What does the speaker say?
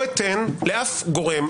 אני לא אתן לשום גורם,